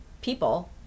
people